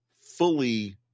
fully